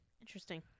interesting